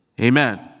Amen